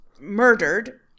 murdered